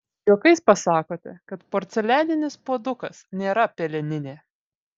juokais pasakote kad porcelianinis puodukas nėra peleninė